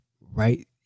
right